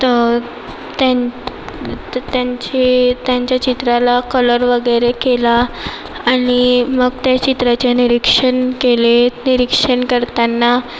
तं त्यां त्यांचे त्यांच्या चित्राला कलर वगैरे केला आणि मग त्या चित्राचे निरीक्षण केले निरीक्षण करतांना